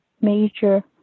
major